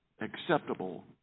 acceptable